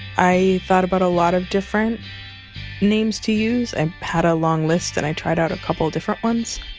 i thought about a lot of different names to use i and had a long list and i tried out a couple of different ones.